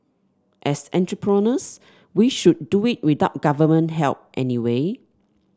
as entrepreneurs we should do it without government help anyway